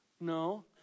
no